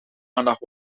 aandacht